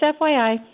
FYI